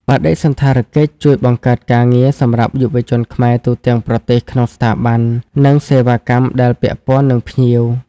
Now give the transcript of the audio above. បដិសណ្ឋារកិច្ចជួយបង្កើតការងារសម្រាប់យុវជនខ្មែរទូទាំងប្រទេសក្នុងស្ថាប័ន និងសេវាកម្មដែលពាក់ពន្ធនឹងភ្ញៀវ។